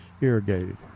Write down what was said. irrigated